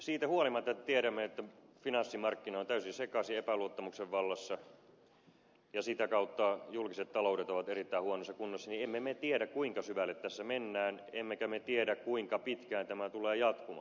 siitä huolimatta että tiedämme että finanssimarkkina on täysin sekaisin ja epäluottamuksen vallassa ja sitä kautta julkiset taloudet ovat erittäin huonossa kunnossa niin emme me tiedä kuinka syvälle tässä mennään emmekä me tiedä kuinka pitkään tämä tulee jatkumaan